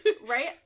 Right